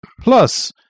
Plus